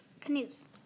canoes